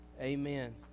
Amen